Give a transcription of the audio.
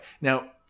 now